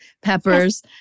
peppers